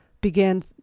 began